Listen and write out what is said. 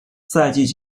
赛季